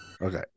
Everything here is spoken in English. Okay